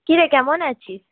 কি রে কেমন আছিস